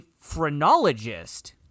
phrenologist